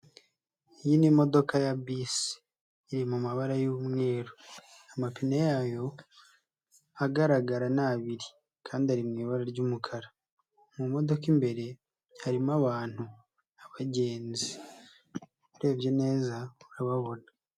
Iyi ni modoka ya bisi, iri mu mabara y'umweru. Amapine yayo agaragara ni abiri, kandi ari mu ibara ry'umukara. Mu modoka imbere harimo abantu, abagenzi, urebye neza urababona.